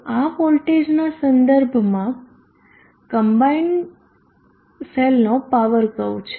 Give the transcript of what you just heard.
તો આ વોલ્ટેજના સંદર્ભમાં કમ્બાઈન્ડ સેલનો પાવર કર્વ છે